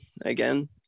again